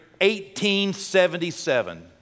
1877